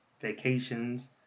vacations